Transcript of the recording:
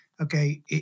Okay